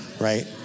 right